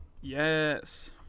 Yes